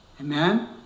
Amen